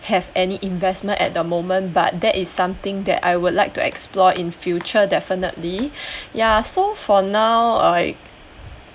have any investment at the moment but that is something that I will like to explore in future definitely ya so for now I